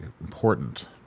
important